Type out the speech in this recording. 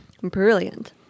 Brilliant